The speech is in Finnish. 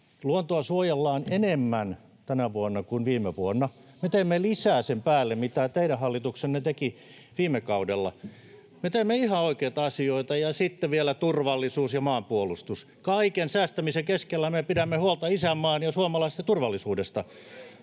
Luontoa suojellaan enemmän tänä vuonna kuin viime vuonna. Me teemme lisää sen päälle, mitä teidän hallituksenne teki viime kaudella. Me teemme ihan oikeita asioita. Ja sitten vielä turvallisuus ja maanpuolustus: kaiken säästämisen keskellä me pidämme huolta isänmaan ja suomalaisten turvallisuudesta.